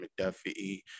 mcduffie